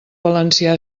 valencià